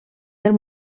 del